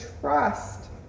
trust